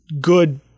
good